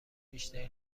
بیشتری